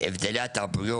אז הבדלי התרבויות